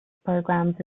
programs